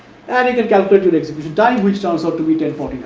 and you can calculate with execution time which turns out to be one